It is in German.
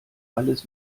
alles